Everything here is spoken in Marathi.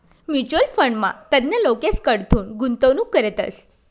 म्युच्युअल फंडमा तज्ञ लोकेसकडथून गुंतवणूक करतस